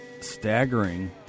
staggering